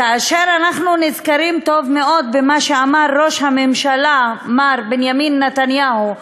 כאשר אנחנו נזכרים טוב מאוד במה שאמר ראש הממשלה מר בנימין נתניהו: